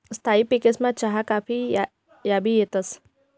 स्थायी पिकेसमा चहा काफी याबी येतंस